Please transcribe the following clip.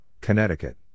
Connecticut